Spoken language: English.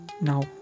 Now